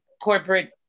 corporate